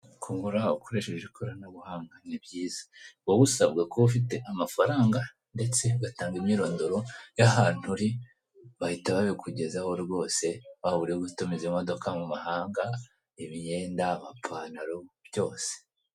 Kugura ukoresheje ikoranabuhanga ni byiza, wowe usabwa kuba ufite amafaranga ndetse ugatanga imyirondoro y'ahantu uri bahita babikugezaho rwose bahuriye gutumiza imodoka mu mahanga imyenda bapantalo byose.